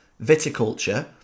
Viticulture